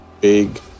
big